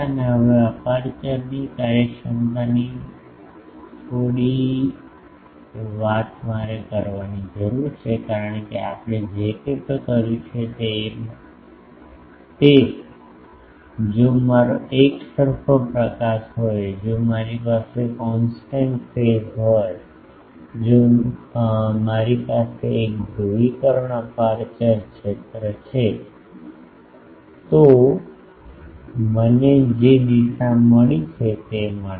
હવે અપેર્ચર ની કાર્યક્ષમતા ની મારે થોડી વાત કરવાની જરૂર છે કારણ કે આપણે જે કંઇ કર્યું તે જો મારો એકસરખો પ્રકાશ હોય જો મારી પાસે કોન્સ્ટન્ટ ફેઝ હોય જો મારી પાસે એક ધ્રુવીકરણ અપેર્ચર ક્ષેત્ર છે તો મને જે દિશા મળી છે તે મળે છે